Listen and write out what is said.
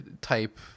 type